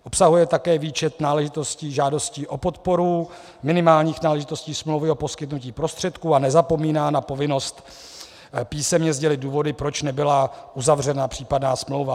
Obsahuje také výčet náležitostí žádostí o podporu, minimálních náležitostí smlouvy o poskytnutí prostředků a nezapomíná na povinnost písemně sdělit důvody, proč nebyla uzavřena případná smlouva.